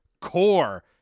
core